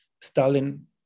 Stalin